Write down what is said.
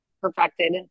perfected